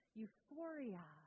euphoria